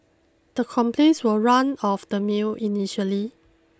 the complaints were run of the mill initially